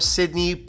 Sydney